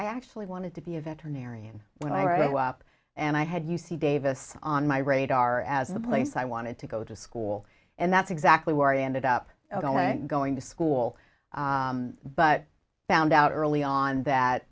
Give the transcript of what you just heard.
i actually wanted to be a veterinarian when i grow up and i had u c davis on my radar as the place i wanted to go to school and that's exactly where i ended up going to school but found out early on that